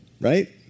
Right